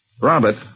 Robert